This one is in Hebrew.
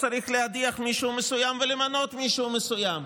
הוא צריך להדיח מישהו מסוים ולמנות מישהו מסוים.